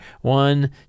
One